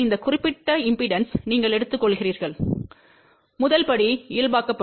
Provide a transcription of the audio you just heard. இந்த குறிப்பிட்ட இம்பெடன்ஸை நீங்கள் எடுத்துக்கொள்கிறீர்கள் முதல் படி இயல்பாக்கப்படும்